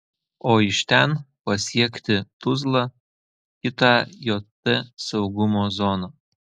o iš ten pasiekti tuzlą kitą jt saugumo zoną